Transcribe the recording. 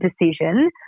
decision